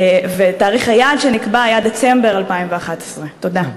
ותאריך היעד שנקבע היה דצמבר 2011. תודה.